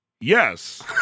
Yes